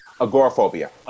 Agoraphobia